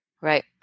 right